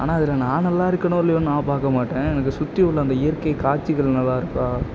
ஆனால் அதில் நான் நல்லா இருக்கனோ இல்லையோ நான் பார்க்க மாட்டேன் எனக்கு சுற்றி உள்ள அந்த இயற்கை காட்சிகள் நல்லாருக்கா